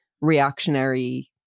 reactionary